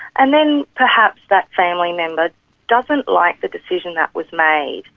and then perhaps that family member doesn't like the decision that was made,